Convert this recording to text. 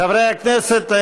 חברי הכנסת,